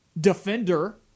defender